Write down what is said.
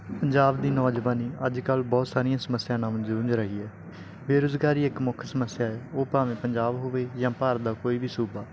ਪੰਜਾਬ ਦੀ ਨੌਜਵਾਨੀ ਅੱਜ ਕੱਲ੍ਹ ਬਹੁਤ ਸਾਰੀਆਂ ਸਮੱਸਿਆਵਾਂ ਨਾਲ ਜੂਝ ਰਹੀ ਹੈ ਬੇਰੁਜ਼ਗਾਰੀ ਇੱਕ ਮੁੱਖ ਸਮੱਸਿਆ ਹੈ ਉਹ ਭਾਵੇਂ ਪੰਜਾਬ ਹੋਵੇ ਜਾਂ ਭਾਰਤ ਦਾ ਕੋਈ ਵੀ ਸੂਬਾ